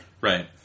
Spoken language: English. Right